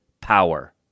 power